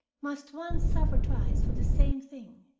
must one suffer twice for the same thing?